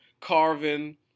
carving